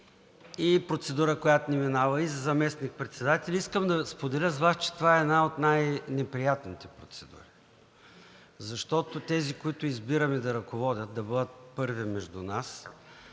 и процедура, която не минава, и за заместник-председатели, и искам да споделя с Вас, че това е една от най-неприятните процедури. Защото тези, които избираме да ръководят, да бъдат първи между нас,